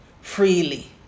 freely